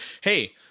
hey